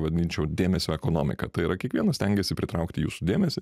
vadinčiau dėmesio ekonomika tai yra kiekvienas stengiasi pritraukti jūsų dėmesį